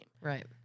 Right